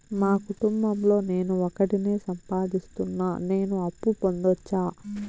మా కుటుంబం లో నేను ఒకడినే సంపాదిస్తున్నా నేను అప్పు పొందొచ్చా